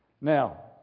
Now